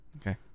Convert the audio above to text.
Okay